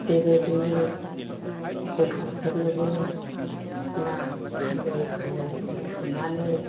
बेबायदिनो गथ'फोरनोबो ना फानै फानै बुथुमानै